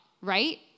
right